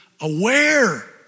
aware